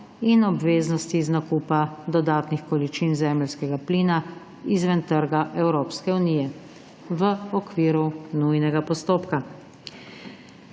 in obveznosti iz nakupa dodatnih količin zemeljskega plina izven trga Evropske unije, ki ga je